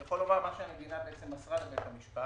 אני יכול לומר מה שהמדינה מסרה לבית המשפט.